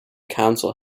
council